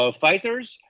fighters